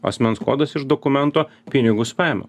asmens kodas iš dokumento pinigus paėmiau